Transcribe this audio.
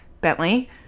Bentley